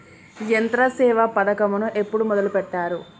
యంత్రసేవ పథకమును ఎప్పుడు మొదలెట్టారు?